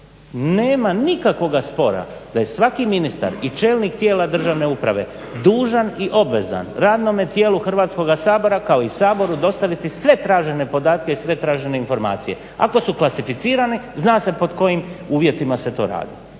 Nema nikakvoga spora da je svaki ministar i čelnik tijela državne uprave dužan i obvezan radnome tijelu Hrvatskoga sabora kao i Saboru dostaviti sve tražene podatke i sve tražene informacije. Ako su klasificirani zna se pod kojim uvjetima se to radi.